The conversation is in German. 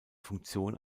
funktion